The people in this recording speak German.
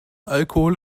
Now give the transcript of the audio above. alkohol